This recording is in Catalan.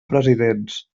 presidents